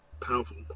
Powerful